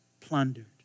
plundered